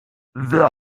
wer